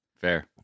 fair